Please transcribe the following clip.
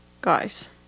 Guys